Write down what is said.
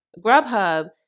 Grubhub